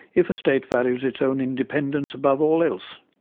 if a state values its own independence above all else.